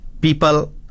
people